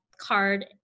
card